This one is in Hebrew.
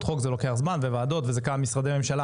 חוק זה לוקח זמן וועדות וזה גם משרדי הממשלה,